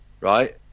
right